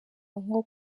nko